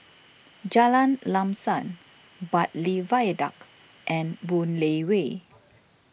Jalan Lam Sam Bartley Viaduct and Boon Lay Way